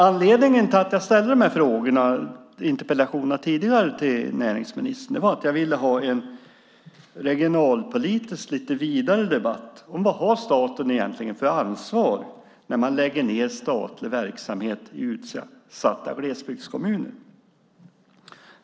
Anledningen till att jag tidigare ställde de här interpellationerna till näringsministern var att jag ville ha en lite vidare regionalpolitisk debatt om vad staten egentligen har för ansvar när man lägger ned statlig verksamhet i utsatta glesbygdskommuner.